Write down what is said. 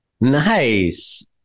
Nice